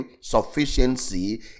Sufficiency